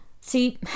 See